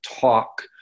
talk